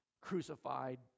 crucified